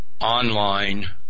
online